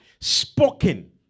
spoken